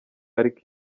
ariko